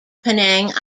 penang